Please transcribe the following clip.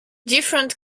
different